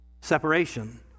Separation